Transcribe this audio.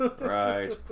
Right